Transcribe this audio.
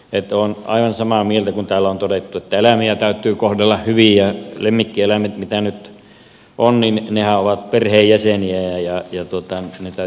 että olen aivan samaa mieltä kun täällä on todettu että eläimiä täytyy kohdella hyvin ja lemmikkieläimethän mitä nyt on ovat perheenjäseniä ja ne täytyy huomioida sitten samalla tavalla